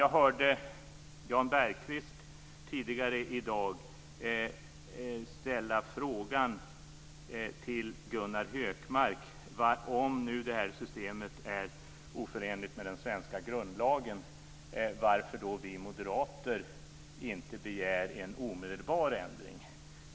Jag hörde Jan Bergqvist tidigare i dag ställa en fråga till Gunnar Hökmark, nämligen varför vi moderater, om detta system är oförenligt med den svenska grundlagen, då inte begär en omedelbar ändring.